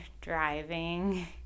driving